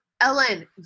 Ellen